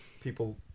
people